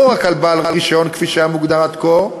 רק על בעל רישיון כפי שהיה מוגדר עד כה,